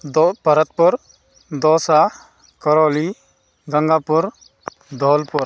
दोपरकपुर Dausa Karauli Gangapur Dholpur